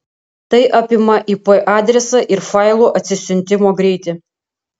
tai apima ip adresą ir failų atsisiuntimo greitį